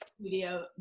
studio